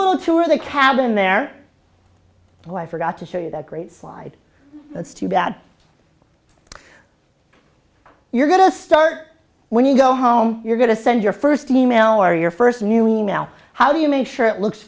little tour of the cabin there so i forgot to show you that great slide that's too bad you're going to start when you go home you're going to send your first e mail or your first new e mail how do you make sure it looks